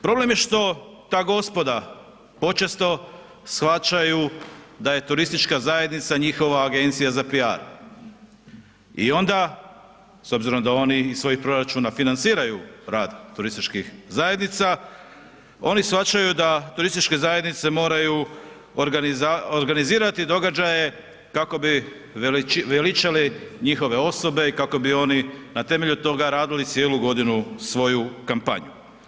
Problem je što ta gospoda počesto shvaćaju da je turistička zajednica njihova agencija za PR i onda s obzirom da oni ih svojih proračuna financiraju rad turističkih zajednica oni shvaćaju da turističke zajednice moraju organizirati događaje kako bi veličali njihove osobe i kako bi oni na temelju toga radili cijelu godinu svoju kampanju.